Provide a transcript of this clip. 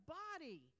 body